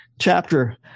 chapter